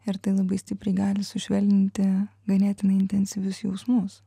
ir tai labai stipriai gali sušvelninti ganėtinai intensyvius jausmus